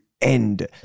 end